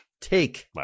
take